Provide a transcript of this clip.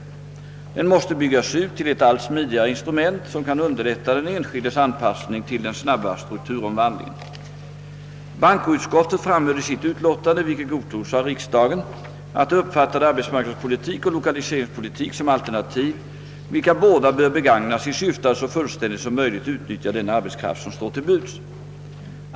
Den måste byggas ut till ett allt smidigare instrument, som kan underlätta den enskildes anpassning till den snabba strukturomvandlingen. Bankoutskottet framhöll i sitt utlåtande, vilket godtogs av riksdagen, att det uppfattade arbetsmarknadspolitik och lokaliseringspolitik som alternativ, vilka båda bör begagnas i syfte att så fullständigt som möjligt utnyttja den arbetskraft som står till buds.